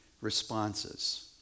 responses